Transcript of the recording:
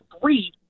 three